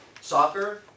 soccer